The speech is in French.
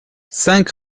cinq